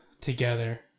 together